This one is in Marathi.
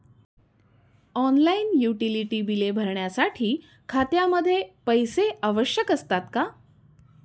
ऑनलाइन युटिलिटी बिले भरण्यासाठी खात्यामध्ये पैसे आवश्यक असतात का?